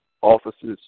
offices